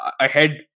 ahead